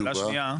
שאלה שנייה,